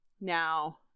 Now